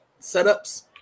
setups